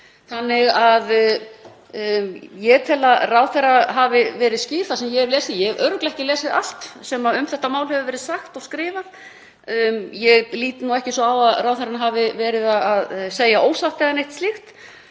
nefndarinnar. Ég tel að ráðherra hafi verið skýr, það sem ég hef lesið. Ég hef örugglega ekki lesið allt sem um þetta mál hefur verið sagt og skrifað en ég lít ekki svo á að ráðherra hafi verið að segja ósatt eða neitt slíkt.